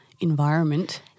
environment